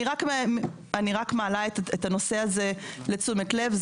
אני רק מעלה את הנושא הזה לתשומת לב.